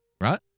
right